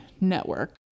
network